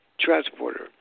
transporter